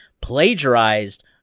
plagiarized